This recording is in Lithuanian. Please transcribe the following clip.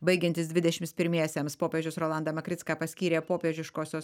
baigiantis dvidešimt pirmiesiems popiežius rolandą makricką paskyrė popiežiškosios